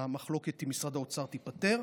שהמחלוקת עם משרד האוצר תיפתר,